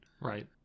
right